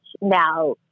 now